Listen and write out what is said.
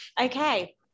Okay